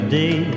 day